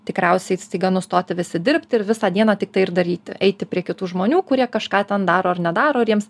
tikriausiai staiga nustoti visi dirbti ir visą dieną tiktai ir daryti eiti prie kitų žmonių kurie kažką ten daro ar nedaro ir jiems